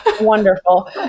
Wonderful